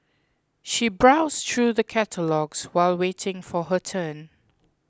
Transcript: she browsed through the catalogues while waiting for her turn